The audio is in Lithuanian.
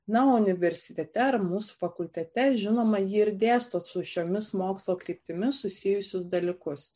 na o universitete ar mūsų fakultete žinoma ji ir dėsto su šiomis mokslo kryptimis susijusius dalykus